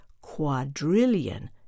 quadrillion